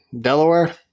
Delaware